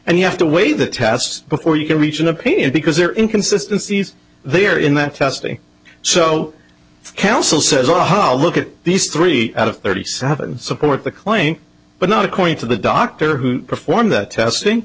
and you have to weigh the tests before you can reach an opinion because there inconsistency is there in that testing so council says aha look at these three out of thirty seven support the claim but not according to the doctor who performed that testing